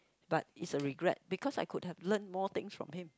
but it's a regret because I could have learn more things from him